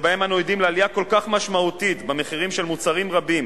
שבהם אנו עדים לעלייה כל כך משמעותית במחירים של מוצרים רבים,